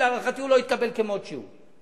ולהערכתי הוא לא יתקבל כמות שהוא,